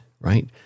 right